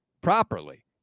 properly